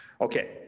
Okay